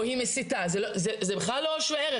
זה לא שווה ערך.